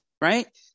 right